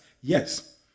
Yes